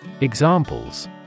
Examples